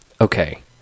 okay